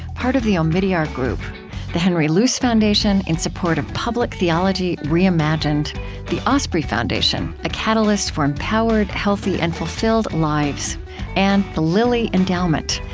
part of the omidyar group the henry luce foundation, in support of public theology reimagined the osprey foundation a catalyst for empowered, healthy, and fulfilled lives and the lilly endowment,